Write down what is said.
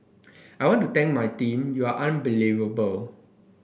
I want to thank my team you're unbelievable